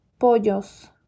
pollos